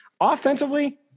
offensively